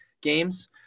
games